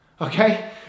okay